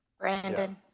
Brandon